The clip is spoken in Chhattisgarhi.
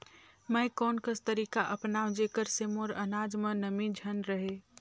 मैं कोन कस तरीका अपनाओं जेकर से मोर अनाज म नमी झन रहे?